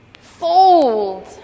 fold